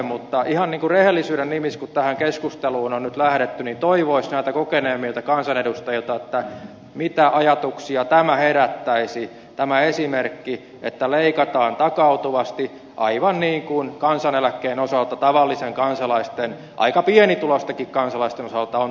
mutta ihan rehellisyyden nimissä kun tähän keskusteluun on nyt lähdetty toivoisi kommenttia näiltä kokeneemmilta kansanedustajilta mitä ajatuksia tämä esimerkki herättäisi että leikataan takautuvasti aivan niin kuin kansaneläkkeen osalta tavallisten kansalaisten aika pienituloistenkin kansalaisten osalta on tässä maassa tehty